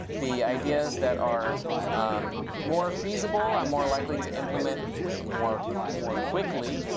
the ideas that are um more feasible, i'm more likely to implement ah more more quickly.